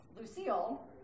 Lucille